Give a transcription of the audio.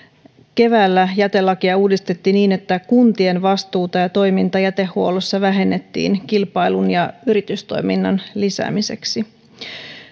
keväällä jätelakia uudistettiin niin että kuntien vastuuta ja toimintaa jätehuollossa vähennettiin kilpailun ja yritystoiminnan lisäämiseksi